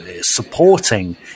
supporting